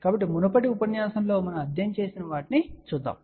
కాబట్టి మునుపటి ఉపన్యాసంలో మనం అధ్యయనం చేసిన వాటిని చూద్దాం